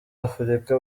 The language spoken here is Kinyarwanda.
afurika